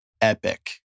Epic